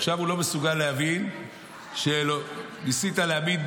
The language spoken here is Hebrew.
עכשיו הוא לא מסוגל להבין שניסית להעמיד